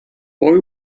boy